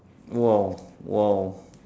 !wow! !wow!